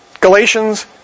Galatians